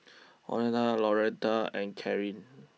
Oneta Loretta and Kareen